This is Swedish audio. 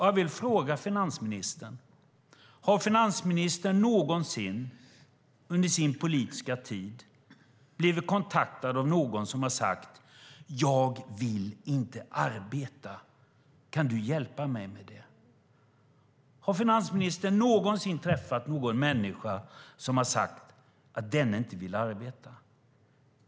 Jag vill fråga finansministern: Har finansministern någonsin under sin politiska tid blivit kontaktad av någon som har sagt: Jag vill inte arbeta, kan du hjälpa mig med det? Har finansministern någonsin träffat någon människa som har sagt att denne inte vill arbeta?